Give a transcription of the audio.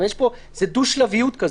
זה דו-שלביות.